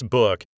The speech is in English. book